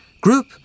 group